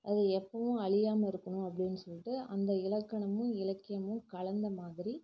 அது எப்போவும் அழியாமல் இருக்கணும் அப்படின்னு சொல்லிட்டு அந்த இலக்கணமும் இலக்கியமும் கலந்த மாதிரி